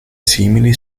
simili